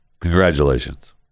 congratulations